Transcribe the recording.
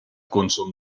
consum